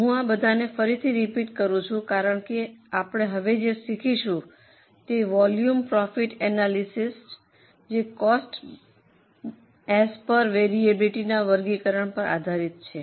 હું આ બધાને ફરીથી રિપીટ કરું છું કારણ કે આપણે હવે જે શીખીશું તે છે વોલ્યુમ પ્રોફિટ એનાલિસિસ જે કોસ્ટ એઝ પર વરીઅબીલીટી ના વર્ગીકરણ પર આધારિત છે